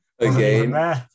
Again